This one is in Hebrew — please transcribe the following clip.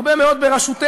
הרבה מאוד בראשותך,